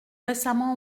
récemment